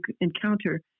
encounter